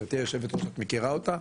גברתי יושבת הראש את מכירה אותה,